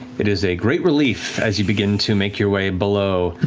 it is a great relief as you begin to make your way below.